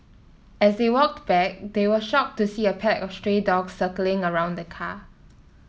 as they walked back they were shocked to see a pack of stray dogs circling around the car